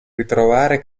ritrovare